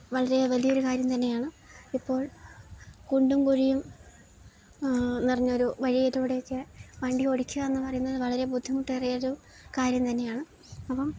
വളരെ വലിയ ഒരു കാര്യം തന്നെയാണ് ഇപ്പോൾ കുണ്ടും കുഴിയും നിറഞ്ഞ ഒരു വഴിയിലൂടെയൊക്കെ വണ്ടി ഓടിക്കുക എന്നു പറയുന്നത് വളരെ ബുദ്ധിമുട്ട് ഏറിയ ഒരു കാര്യം തന്നെയാണ് അപ്പം